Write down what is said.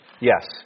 yes